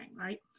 right